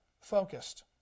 focused